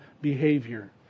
behavior